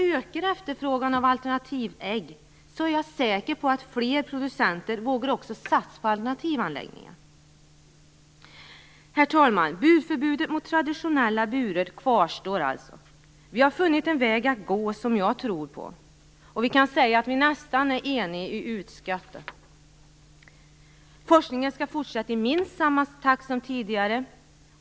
Ökar efterfrågan på alternativa ägg, är jag säker på att fler producenter vågar satsa på alternativa anläggningar. Herr talman! Förbudet mot traditionella burar kvarstår. Vi har funnit en väg att gå som jag tror på. Vi kan säga att vi är nästan eniga i utskottet. Forskningen skall fortsätta i minst samma takt som tidigare.